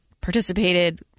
participated